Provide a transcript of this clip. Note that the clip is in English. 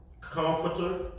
comforter